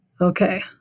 Okay